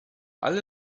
alle